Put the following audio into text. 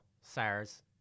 Sars